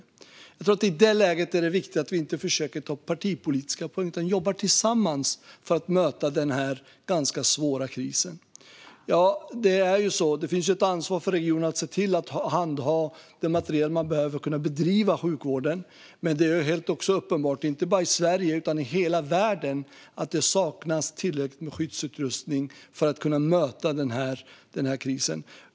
I det läget tror jag att det är viktigt att vi inte försöker ta partipolitiska poänger utan att vi jobbar tillsammans för att möta denna ganska svåra kris. Det finns ett ansvar för regionerna att tillhandahålla den materiel som behövs för att man ska kunna bedriva sjukvården, men det är helt uppenbart, inte bara i Sverige utan i hela världen, att det saknas tillräckligt med skyddsutrustning för att kunna möta denna kris.